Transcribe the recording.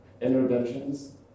interventions